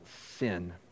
sin